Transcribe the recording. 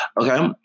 Okay